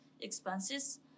expenses